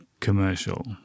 commercial